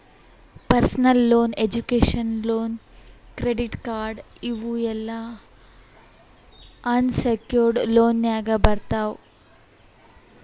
personal loan, education loan, credit card ಇವ್ ಎಲ್ಲಾ unsecured ಲೋನ್ನಾಗ್ ಬರ್ತಾವ್